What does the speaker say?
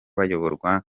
bayoborwa